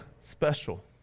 special